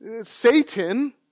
Satan